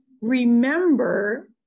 remember